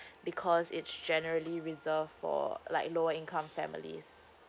because it's generally reserve for like lower income families